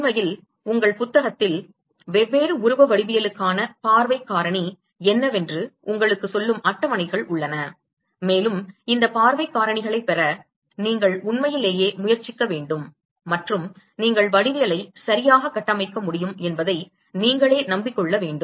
உண்மையில் உங்கள் புத்தகத்தில் வெவ்வேறு உருவ வடிவவியலுக்கான பார்வைக் காரணி என்னவென்று உங்களுக்குச் சொல்லும் அட்டவணைகள் உள்ளன மேலும் இந்த பார்வைக் காரணிகளைப் பெற நீங்கள் உண்மையிலேயே முயற்சிக்க வேண்டும் மற்றும் நீங்கள் வடிவியலைச் சரியாகக் கட்டமைக்க முடியும் என்பதை நீங்களே நம்பிக் கொள்ள வேண்டும்